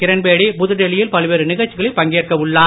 கிரண்பேடி புதுடில்லியில் பல்வேறு நிகழ்ச்சிகளில் பங்கேற்க உள்ளார்